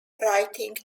writing